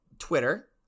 twitter